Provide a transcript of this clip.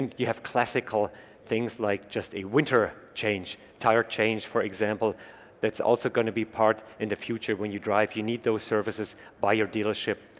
you have classical things like just a winter change tire change for example that's also going to be part in the future when you drive you need those services by your dealership,